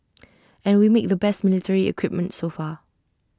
and we make the best military equipment so far